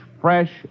fresh